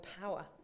power